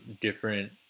different